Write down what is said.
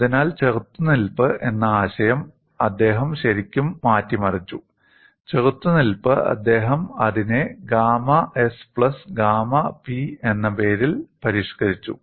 അതിനാൽ ചെറുത്തുനിൽപ്പ് എന്ന ആശയം അദ്ദേഹം ശരിക്കും മാറ്റിമറിച്ചു ചെറുത്തുനിൽപ്പ് അദ്ദേഹം അതിനെ gamma s plus gamma p എന്ന് പരിഷ്കരിച്ചു